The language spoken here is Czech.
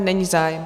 Není zájem.